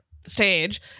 stage